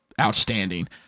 outstanding